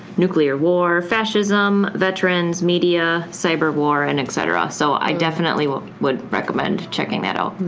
nuclear war, facism, veterans, media, cyberwar, and etc. so i definitely would recommend checking that out.